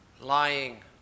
lying